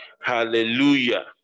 Hallelujah